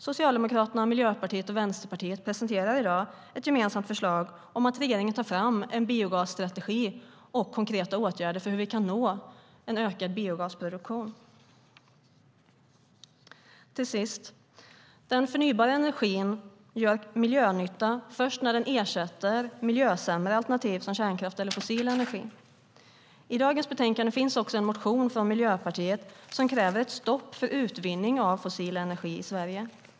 Socialdemokraterna, Miljöpartiet och Vänsterpartiet presenterar i dag ett gemensamt förslag om att regeringen ska ta fram en biogasstrategi och konkreta åtgärder för hur vi kan nå en ökad biogasproduktion. Till sist: Den förnybara energin gör miljönytta först när den ersätter miljösämre alternativ som kärnkraft eller fossil energi. I dagens betänkande finns också en motion från Miljöpartiet som kräver ett stopp för utvinning av fossil energi i Sverige.